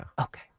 Okay